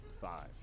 Five